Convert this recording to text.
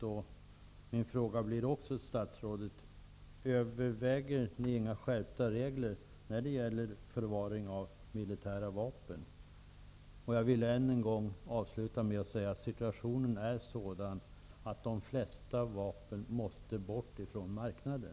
Jag vill därför också fråga statsrådet: Överväger ni inte skärpta regler när det gäller förvaring av militära vapen? Jag vill avsluta med att än en gång säga att situationen är sådan att de flesta vapen måste bort från marknaden.